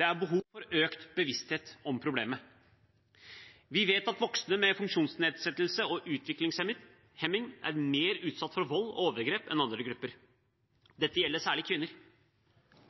Det er behov for økt bevissthet om problemet. Vi vet at voksne med funksjonsnedsettelse og utviklingshemming er mer utsatt for vold og overgrep enn andre grupper. Dette gjelder særlig kvinner.